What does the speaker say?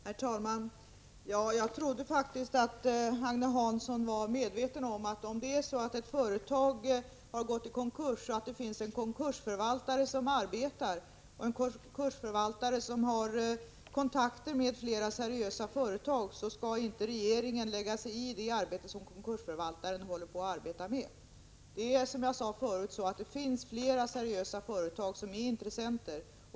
Herr talman! Jag trodde faktiskt att Agne Hansson var medveten om att om ett företag gått i konkurs och en konkursförvaltare börjat arbeta och tagit kontakt med flera seriösa företag, skall inte regeringen lägga sig i det arbetet. Som jag sade förut finns det flera seriösa företag som är intressenter.